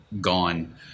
gone